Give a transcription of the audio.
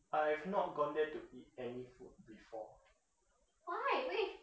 I have not gone there to eat any food before